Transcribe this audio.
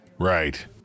Right